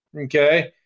okay